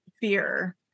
fear